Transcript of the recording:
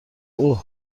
اوه